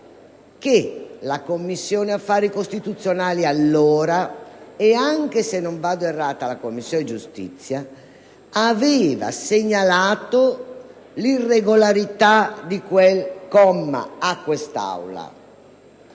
la Commissione affari costituzionali (e, se non vado errata, anche la Commissione giustizia) aveva segnalato l'irregolarità di quel comma a quest'Aula,